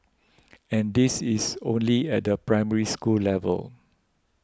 and this is only at the Primary School level